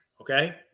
okay